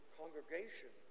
congregation